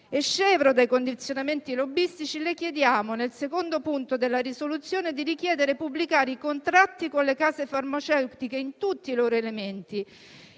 e scevro dai condizionamenti lobbistici, le chiediamo, nel secondo punto della proposta di risoluzione, di richiedere e pubblicare i contratti con le case farmaceutiche in tutti i loro elementi